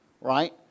right